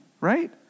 right